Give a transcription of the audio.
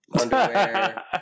underwear